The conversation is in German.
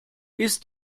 ist